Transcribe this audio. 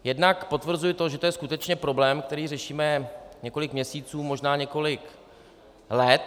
Jednak potvrzuji to, že to je skutečně problém, který řešíme několik měsíců, možná několik let.